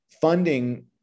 funding